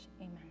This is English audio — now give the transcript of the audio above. Amen